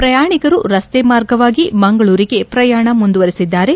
ಪ್ರಯಾಣಿಕರು ರಸ್ತೆ ಮಾರ್ಗವಾಗಿ ಮಂಗಳೂರಿಗೆ ಪ್ರಯಾಣ ಮುಂದುವರೆಸಿದ್ದಾರೆ